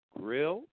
grill